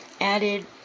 added